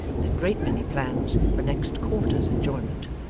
and a great many plans for next quarter's enjoyment.